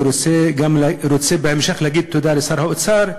ורוצה בהמשך להגיד תודה לשר האוצר,